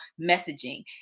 messaging